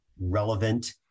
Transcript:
relevant